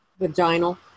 Vaginal